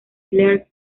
clarke